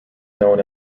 known